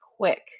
quick